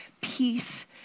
peace